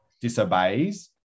disobeys